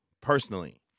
personally